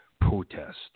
protest